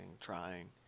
trying